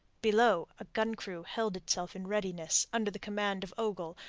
below, a gun-crew held itself in readiness under the command of ogle,